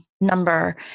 number